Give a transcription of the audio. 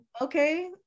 okay